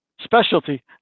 specialty